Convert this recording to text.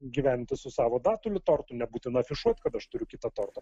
gyventi su savo datulių tortu nebūtina afišuoti kad aš turiu kitą tortą